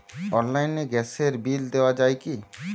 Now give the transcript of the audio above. অনলাইনে গ্যাসের বিল দেওয়া যায় কি?